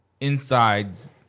insides